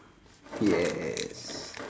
yes